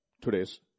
today's